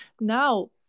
now